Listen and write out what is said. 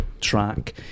track